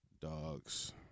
dogs